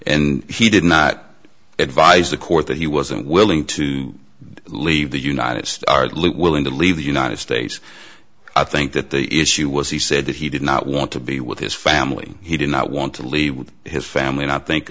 and he did not advise the court that he wasn't willing to leave the united states are willing to leave the united states i think that the issue was he said that he did not want to be with his family he did not want to leave his family and i think